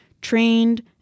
trained